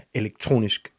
elektronisk